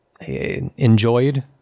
enjoyed